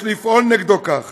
יש לפעול נגדו כך.